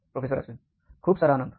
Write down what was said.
professor Ashwin खूप सारा आनंद